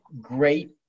great